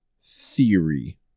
theory